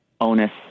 onus